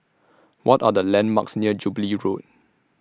What Are The landmarks near Jubilee Road